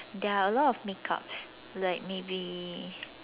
there are a lot of makeups like maybe